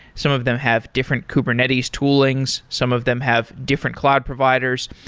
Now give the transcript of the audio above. some of them have different kubernetes toolings, some of them have different cloud providers,